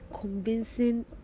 convincing